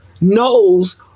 knows